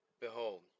Behold